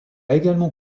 également